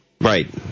Right